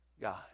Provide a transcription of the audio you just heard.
God